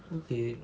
okay